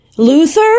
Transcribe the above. Luther